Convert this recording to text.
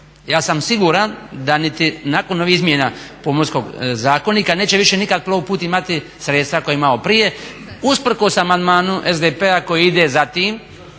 ja sam siguran da niti nakon ovih izmjena Pomorskog zakonika neće nikada više Plovput imati sredstva koja je imao prije usprkos amandmanu SDP-a koji idu za tim